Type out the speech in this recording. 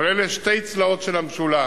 אבל אלה שתי צלעות של המשולש.